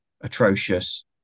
atrocious